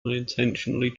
intentionally